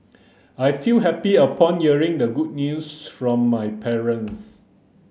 I felt happy upon hearing the good news from my parents